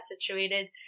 situated